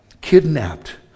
kidnapped